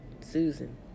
Susan